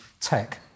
tech